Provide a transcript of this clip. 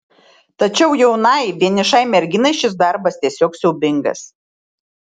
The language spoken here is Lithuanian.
tačiau jaunai vienišai merginai šis darbas tiesiog siaubingas